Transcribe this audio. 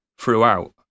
throughout